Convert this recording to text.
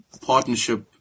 partnership